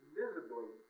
visibly